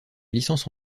licence